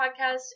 podcast